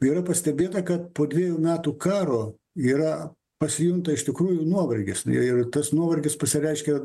yra pastebėta kad po dvejų metų karo yra pasijunta iš tikrųjų nuovargis ir tas nuovargis pasireiškia